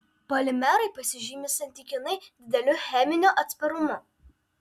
polimerai pasižymi santykinai dideliu cheminiu atsparumu